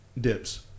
Dips